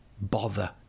Bother